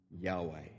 Yahweh